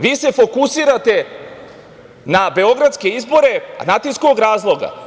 Vi se fokusirate na beogradske izbore, a znate iz kog razloga?